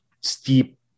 steep